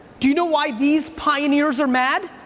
do you know why these pioneers are mad?